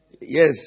Yes